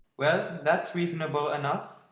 well, that's reasonable enough.